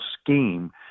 scheme